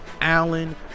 Allen